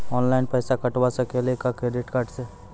Online पैसा कटवा सकेली का क्रेडिट कार्ड सा?